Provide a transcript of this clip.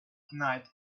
night